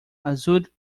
azul